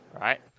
Right